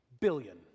billion